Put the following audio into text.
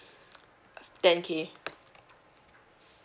ten K